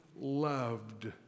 loved